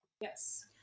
Yes